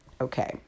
Okay